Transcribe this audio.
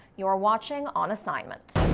you're watching on assignment.